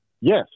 Yes